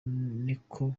niko